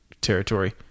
territory